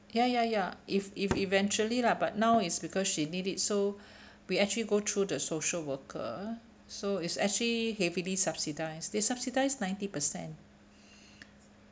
ya ya ya if if eventually lah but now it's because she need it so we actually go through the social worker so it's actually heavily subsidized they subsidize ninety percent